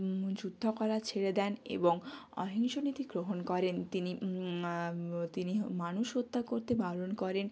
যুদ্ধ করা ছেড়ে দেন এবং অহিংস নীতি গ্রহণ করেন তিনি তিনি মানুষ হত্যা করতে বারণ করেন